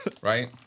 right